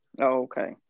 Okay